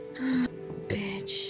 Bitch